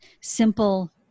simple